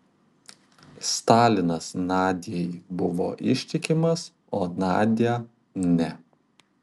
stalinas nadiai buvo ištikimas o nadia ne